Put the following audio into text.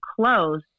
close